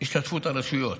השתתפות הרשויות.